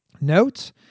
Notes